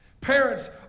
Parents